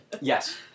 Yes